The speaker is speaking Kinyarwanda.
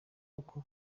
uko